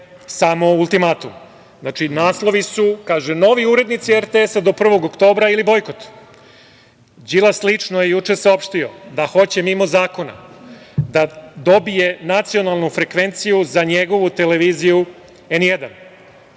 samo ultimatum. Naslovi su, kaže, novi urednici RTS do 1. oktobra ili bojkot. Đilas lično je juče saopštio da hoće mimo zakona da dobije nacionalnu frekvenciju za njegovu televiziju N1.